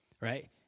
Right